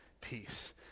peace